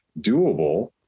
doable